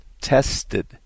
tested